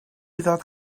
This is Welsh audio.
ddod